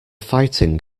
fighting